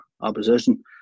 Opposition